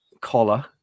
collar